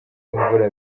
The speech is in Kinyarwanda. y’imvura